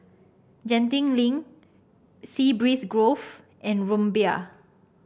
Genting Link Sea Breeze Grove and Rumbia